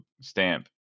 Stamp